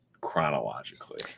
chronologically